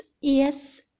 yes